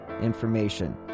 information